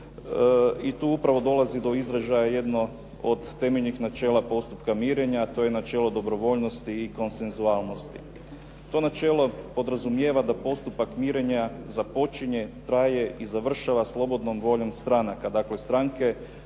i tu upravo dolazi do izražaja jedno od temeljnih načela postupka mirenja. To je načelo dobrovoljnosti i konsenzualnosti. To načelo podrazumijeva da postupak mirenja započinje, traje i završava slobodnom voljom stranaka, dakle stranke